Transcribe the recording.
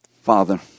Father